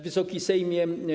Wysoki Sejmie!